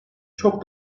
çok